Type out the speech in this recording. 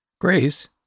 Grace